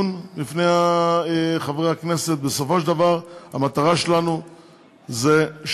את השינוי הזה אנחנו עושים בשני אופנים: אופן ראשון זה פה,